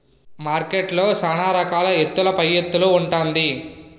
మార్కెట్లో సాన రకాల ఎత్తుల పైఎత్తులు ఉంటాది